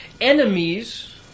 enemies